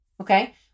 okay